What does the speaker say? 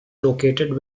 located